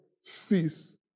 cease